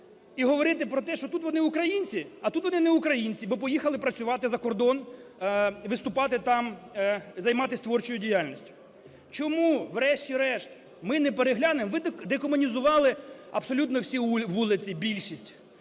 і говорити про те, що тут вони українці, а тут вони не українці, бо поїхали працювати за кордон, виступати там, займатись творчою діяльністю. Чому, врешті-решт, ми не переглянемо, ви декомунізували абсолютно всі вулиці, більшість,